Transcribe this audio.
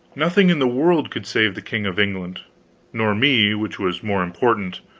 nothing in the world could save the king of england nor me, which was more important.